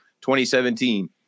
2017